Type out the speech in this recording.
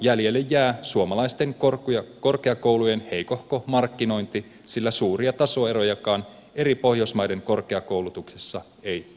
jäljelle jää suomalaisten korkeakoulujen heikohko markkinointi sillä suuria tasoerojakaan eri pohjoismaiden korkeakoulutuksessa ei ole